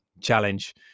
challenge